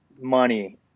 money